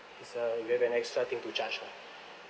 it's uh you have an extra thing to charge ah